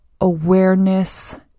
awareness